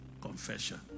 confession